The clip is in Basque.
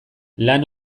lan